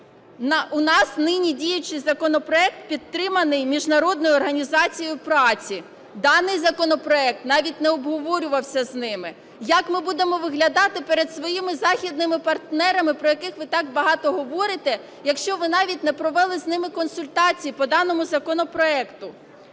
У нас нині діючий законопроект підтриманий Міжнародною організацією праці. Даний законопроект навіть не обговорювався з ними. Як ми будемо виглядати перед своїми західними партнерами, про яких ви так багато говорите, якщо ви навіть не провели з ними консультації по даному законопроекту?